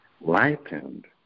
lightened